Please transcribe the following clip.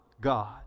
God